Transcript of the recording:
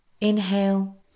Inhale